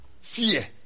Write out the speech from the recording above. fear